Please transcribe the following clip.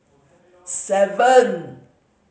seven